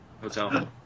Hotel